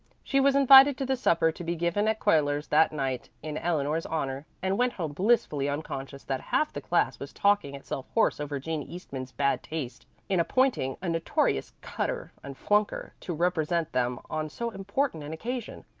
she was invited to the supper to be given at cuyler's that night in eleanor's honor, and went home blissfully unconscious that half the class was talking itself hoarse over jean eastman's bad taste in appointing a notorious cutter and flunker to represent them on so important an occasion,